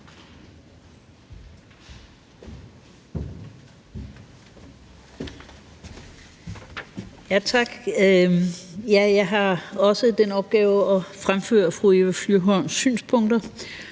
Tak. Jeg har også den opgave at fremføre fru Eva Flyvholms synspunkter.